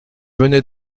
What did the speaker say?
venait